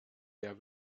der